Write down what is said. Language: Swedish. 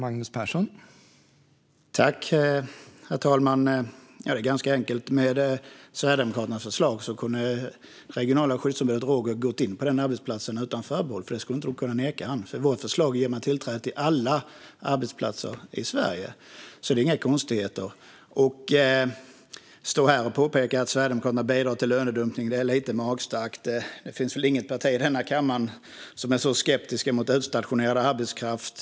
Herr talman! Detta är ganska enkelt. Med Sverigedemokraternas förslag kunde det regionala skyddsombudet Robert ha gått in på den arbetsplatsen utan förbehåll. Man hade inte kunnat neka honom det. Vårt förslag ger tillträde till alla arbetsplatser i Sverige. Det är inga konstigheter. Att stå här och påstå att Sverigedemokraterna bidrar till lönedumpning är lite magstarkt. Det finns väl inget parti i denna kammare som är så skeptiskt mot utstationerad arbetskraft.